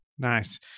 Nice